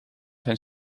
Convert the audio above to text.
zijn